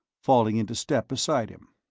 falling into step beside him.